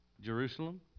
Jerusalem